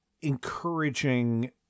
encouraging